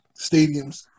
stadiums